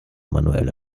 manuell